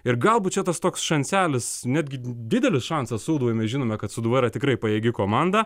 ir galbūt čia tas toks šanselis netgi didelis šansas sūduvai mes žinome kad sūduva yra tikrai pajėgi komanda